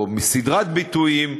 או סדרת ביטויים,